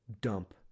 dump